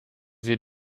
wir